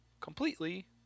completely